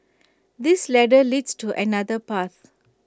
this ladder leads to another path